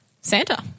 Santa